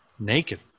naked